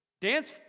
dance